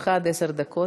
לרשותך עד עשר דקות.